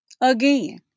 Again